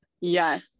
Yes